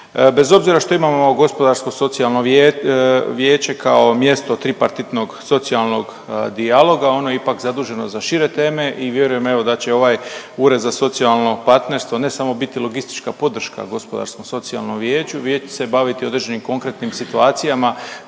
Bez obzira što imamo Gospodarsko-socijalno vijeće kao mjesto tripartitnog socijalnog dijaloga ono je ipak zaduženo za šire teme i vjerujem evo da će ovaj Ured za socijalno partnerstvo ne samo biti logistička podrška Gospodarsko-socijalnom vijeću, vijeće će se baviti određenim konkretnim situacijama